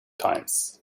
times